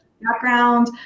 background